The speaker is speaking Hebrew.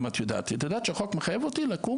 את יודעת שהחוק מחייב אותי לקום